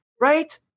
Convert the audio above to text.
right